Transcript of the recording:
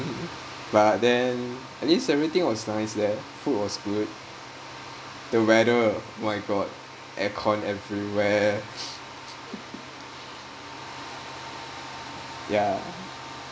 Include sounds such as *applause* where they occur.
but then I think everything was nice leh food was good the weather oh my god air con everywhere *laughs* ya